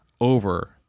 over